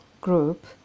group